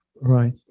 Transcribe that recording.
Right